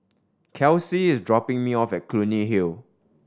Kelsey is dropping me off at Clunny Hill